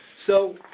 so